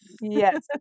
Yes